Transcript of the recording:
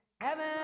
Heaven